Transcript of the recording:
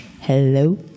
Hello